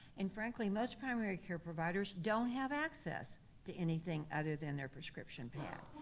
and frankly, most primary care providers don't have access to anything other than their prescription pad.